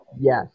yes